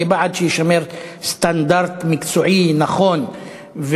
אני בעד שיישמר סטנדרט מקצועי נכון,